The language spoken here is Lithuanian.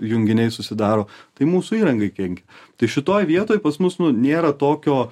junginiai susidaro tai mūsų įrangai kenkia tai šitoj vietoj pas mus nu nėra tokio